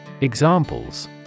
Examples